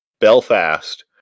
Belfast